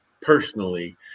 personally